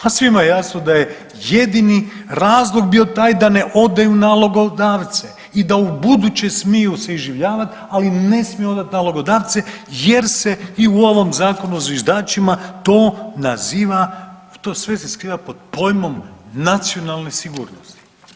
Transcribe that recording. A svima je jasno da je jedini razlog bio taj da ne odaju nalogodavce i da ubuduće smiju se iživljavat, ali ne smiju odat nalogodavce jer se i u ovom zakonu o zviždačima to naziva, to sve se skriva pod pojmom nacionalne sigurnosti.